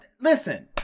listen